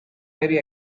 very